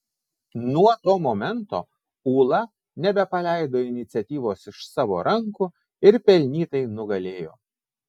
nuo to momento ūla nebepaleido iniciatyvos iš savo rankų ir pelnytai nugalėjo